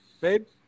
babe